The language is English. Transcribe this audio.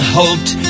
hoped